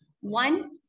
One